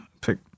Pick